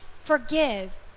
forgive